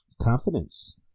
Confidence